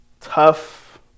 tough